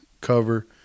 cover